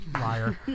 Liar